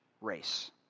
race